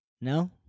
No